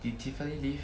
did tiffany leave